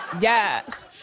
Yes